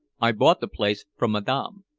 i bought the place from madame.